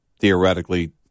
theoretically